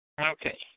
Okay